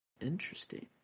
interesting